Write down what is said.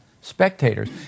Spectators